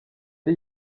ari